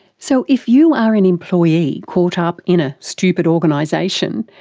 so if you are an employee caught up in a stupid organisation,